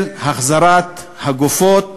של החזרת הגופות